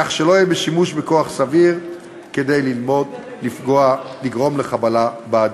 כך שלא יהיה בשימוש בכוח סביר כדי לגרום לחבלה באדם.